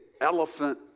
elephant